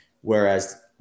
whereas